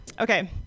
Okay